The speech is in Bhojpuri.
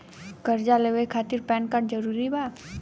कर्जा लेवे खातिर पैन कार्ड जरूरी बा?